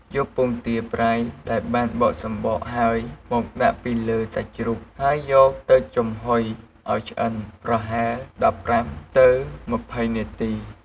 យកពងទាប្រៃដែលបានបកសំបកហើយ មកដាក់ពីលើសាច់ជ្រូក ហើយយកទៅចំហុយឱ្យឆ្អិនប្រហែល ១៥ ទៅ ២០ នាទី។